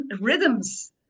rhythms